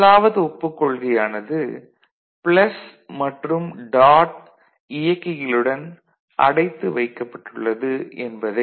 முதலாவது ஒப்புக் கொள்கை ஆனது "ப்ளஸ் மற்றும் டாட் இயக்கிகளுடன் அடைத்து வைக்கப்பட்டுள்ளது" என்பேத